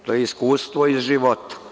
To je iskustvo iz života.